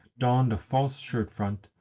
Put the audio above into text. donned a false shirt-front,